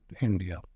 India